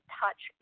touch